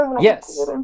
Yes